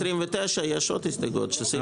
לסעיף 29 יש עוד הסתייגויות של סעיף תחילה.